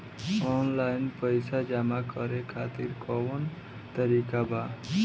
Online पइसा जमा करे खातिर कवन तरीका बा?